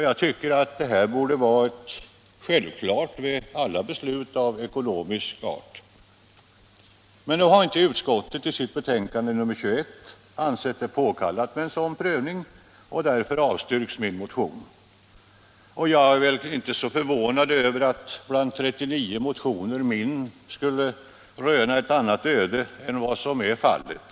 Jag tycker att detta borde vara självklart vid alla beslut av ekonomisk art. Nu har utskottet i sitt betänkande nr 21 inte ansett det påkallat med en sådan prövning, och därför avstyrks min motion. Jag är väl inte så förvånad över att min motion bland 39 andra inte har rönt ett annat öde än som nu är fallet.